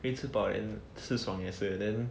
可以吃饱 and 吃爽也是 and then